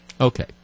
Okay